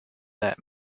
that